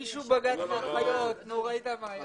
הוגש בג"צ לגבי האחיות וראית מה היה.